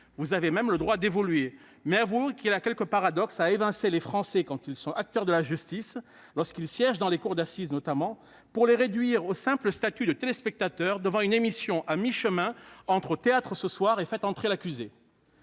vous avez même le droit d'évoluer, mais avouez qu'il y a quelque paradoxe à évincer les Français quand ils sont acteurs de la justice, notamment lorsqu'ils siègent dans les cours d'assises, pour les réduire au simple statut de téléspectateurs devant une émission à mi-chemin entre et. Très bien ! La réforme des